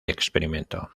experimento